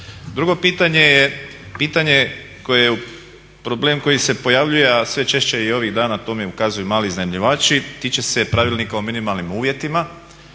je pitanje koje, problem koji se pojavljuje a sve češće ovih dana to mi ukazuju mali iznajmljivači, tiče se Pravilnika o minimalnim uvjetima,